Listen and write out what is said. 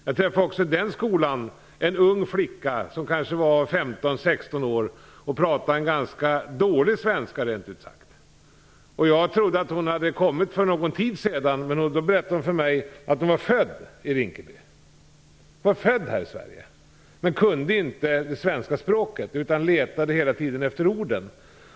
Jag träffade på Rinkebyskolan t.ex. en ung flicka som kanske var 15 eller 16 år. Hon pratade rent ut sagt ganska dålig svenska. Jag trodde att hon hade kommit hit för en tid sedan. Men hon berättade för mig att hon var född i Rinkeby - hon är alltså född i Sverige men kan inte svenska språket. Hela tiden letade hon efter ord.